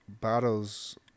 bottles